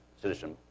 Citizen